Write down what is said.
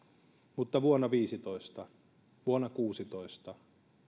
mutta vuonna viisitoista vuonna kuusitoista